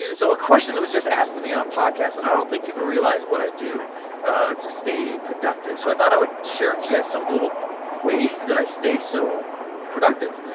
so a question that was just asked to me on a podcast and i don't think people realize what i do to stay productive so i thought i would share with you guys some of the little ways that i stay so productive,